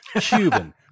cuban